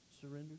surrender